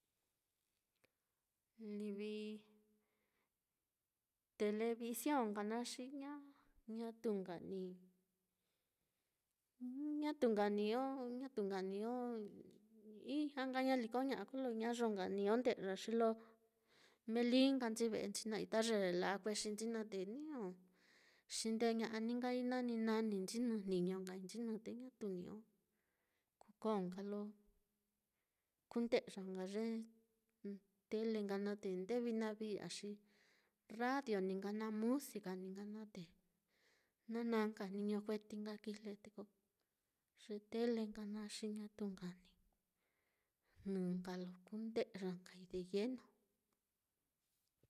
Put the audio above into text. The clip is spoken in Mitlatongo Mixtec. Livi television nka naá, xi ña- ñatu nka ni, ñatu nka niño, ñatu nka niño, ijña nka ñaliko ko, ña'a, kolo ñayo niño nde'ya xilo meelí nka nchi ve'enchi naá i'i ta ye la'a kuexinchi naá, te niño xindeña'a ní nkai nani nani nchinɨ jniño nkai nchinɨ, te ñatu niño kukoo nka lo kunde'ya nka ye tele nka naá, te nde vinavii á xi radio ní nka naá, musika ní nka naá, te nana nka jniño kueti nka kijle te ko ye tele nka naá, xi ñatu nka jnɨ nka lo kunde'ya nka de lleno.